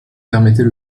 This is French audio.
permettait